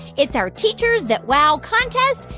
it's our teachers that wow contest.